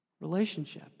relationship